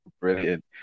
Brilliant